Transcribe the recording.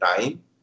time